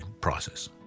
process